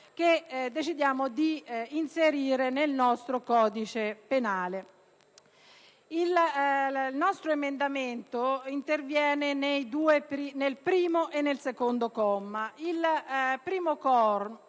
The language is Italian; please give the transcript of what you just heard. che decidiamo di inserire nel nostro codice penale. Il nostro emendamento interviene nel primo e nel secondo comma.